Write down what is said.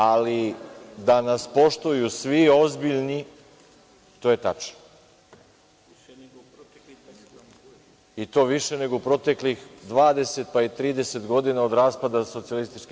Ali, da nas poštuju svi ozbiljni, to je tačno i to više nego u protekli 20, pa i 30 godina od raspada SFRJ.